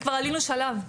זה כבר עלינו שלב,